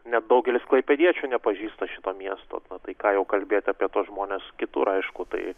net daugelis klaipėdiečių nepažįsta šito miesto nu tai ką jau kalbėti apie tuos žmones kitur aišku tai